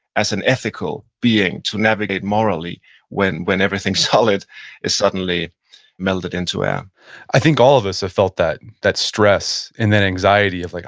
as an ethical being, to navigate morally when when everything solid is suddenly melted into air i think all of us have felt that, that stress and then anxiety of, like